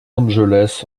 angeles